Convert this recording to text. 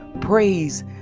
Praise